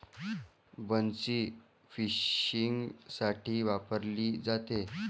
बन्सी फिशिंगसाठी वापरली जाते